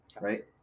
Right